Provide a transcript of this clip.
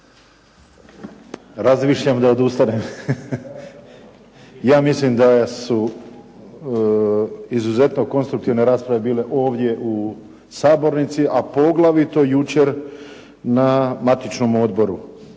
Razmišljam da odustanem. Ja mislim da su izuzetno konstruktivne rasprave bile ovdje u sabornici a poglavito jučer na matičnom odboru.